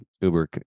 uber